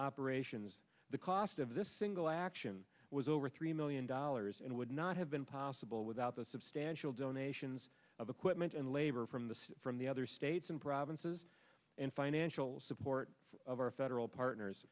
operations the cost of this single action was over three million dollars and would not have been possible without the substantial donations of equipment and labor from the state from the other states and provinces and financial support of our federal partners